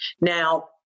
Now